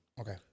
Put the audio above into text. Okay